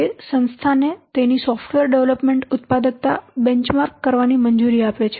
તે સંસ્થાને તેની સોફ્ટવેર ડેવલપમેન્ટ ઉત્પાદકતા બેંચ માર્ક કરવાની મંજૂરી આપે છે